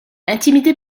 intimidé